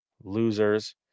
losers